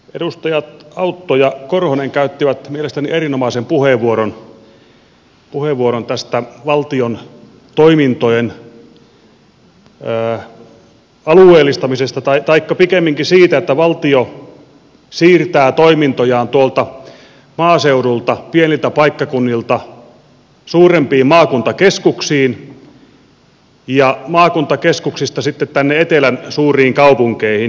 edustajat autto ja korhonen käyttivät mielestäni erinomaiset puheenvuorot tästä valtion toimintojen alueellistamisesta taikka pikemminkin siitä että valtio siirtää toimintojaan tuolta maaseudulta pieniltä paikkakunnilta suurempiin maakuntakeskuksiin ja maakuntakeskuksista sitten tänne etelän suuriin kaupunkeihin